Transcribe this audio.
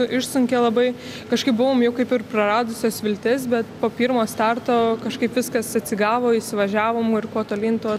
išsunkė labai kažkaip buvom jau kaip ir praradusios viltis bet po pirmo starto kažkaip viskas atsigavo įsivažiavom ir kuo tolyn tuo